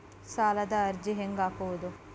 ಸಾಲದ ಅರ್ಜಿ ಹೆಂಗ್ ಹಾಕುವುದು?